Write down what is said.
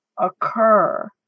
occur